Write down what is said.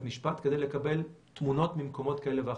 משפט כדי לקבל תמונות ממקומות כאלה ואחרים.